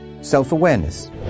Self-awareness